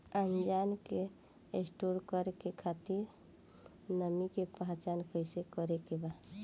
अनाज के स्टोर करके खातिर नमी के पहचान कैसे करेके बा?